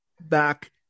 back